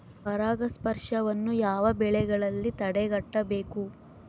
ಪರಾಗಸ್ಪರ್ಶವನ್ನು ಯಾವ ಬೆಳೆಗಳಲ್ಲಿ ತಡೆಗಟ್ಟಬೇಕು?